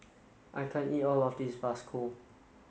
I can't eat all of this Bakso